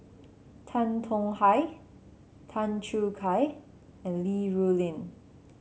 Tan Tong Hye Tan Choo Kai and Li Rulin